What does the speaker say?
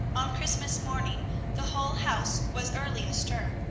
on christmas morning the whole house was early astir.